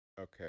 Okay